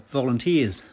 volunteers